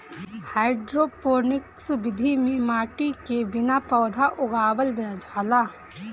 hydroponics विधि में माटी के बिना पौधा उगावल जाला